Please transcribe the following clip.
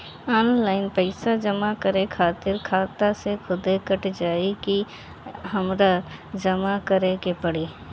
Online पैसा जमा करे खातिर खाता से खुदे कट जाई कि हमरा जमा करें के पड़ी?